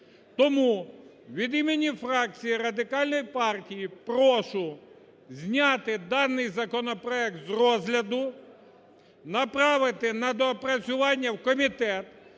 Тому від імені фракції Радикальної партії прошу зняти даний законопроект з розгляду, направити на доопрацювання у комітет.